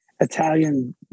Italian